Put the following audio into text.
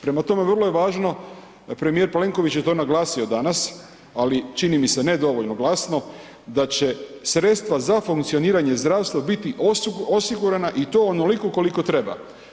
Prema tome, vrlo je važno, premijer Plenković je to naglasio danas, ali čini mi se ne dovoljno glasno, da će sredstva za funkcioniranje zdravstva biti osigurana i to onoliko koliko treba.